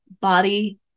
body